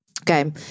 Okay